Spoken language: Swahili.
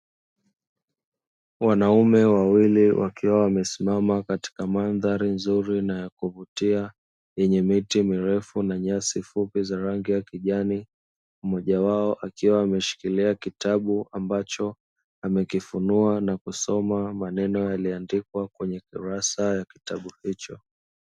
Wanaume wawili wakiwa wamesimama katika mandhari nzuri na yakuvutia yenye miti mirefu na nyasi fupi za rangi ya kijani, mmoja wao akiwa ameshikilia kitabu ambacho amekifunua na kusoma maneno yaliyoandikwa kwenye kurasa ya kitabu hicho.